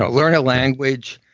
but learn a language,